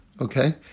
okay